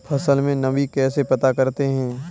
फसल में नमी कैसे पता करते हैं?